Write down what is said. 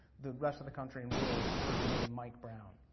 the rest of the country and world heard the name mike brown.